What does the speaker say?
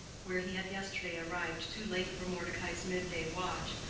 where he had yesterday arrived too late for mordecai's midday watch,